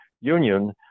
union